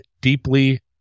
deeply